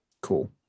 Cool